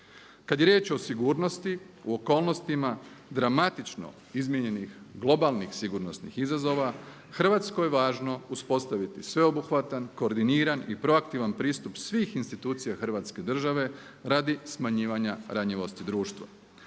Kada je riječ o sigurnosti u okolnostima dramatično izmijenjenih globalnih sigurnosnih izazova, Hrvatskoj je važno uspostaviti sveobuhvatan, koordiniran i proaktivan pristup svih institucija Hrvatske države radi smanjivanja ranjivosti društva.